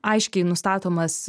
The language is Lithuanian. aiškiai nustatomas